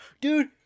Dude